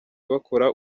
bakora